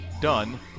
done